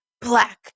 black